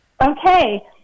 Okay